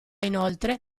inoltre